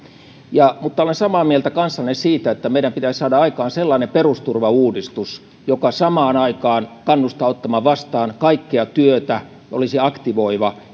mutta olen samaa mieltä kanssanne siitä että meidän pitäisi saada aikaan sellainen perusturvauudistus joka samaan aikaan kannustaa ottamaan vastaan kaikkea työtä olisi aktivoiva